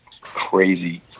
crazy